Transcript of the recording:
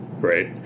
right